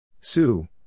Sue